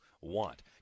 want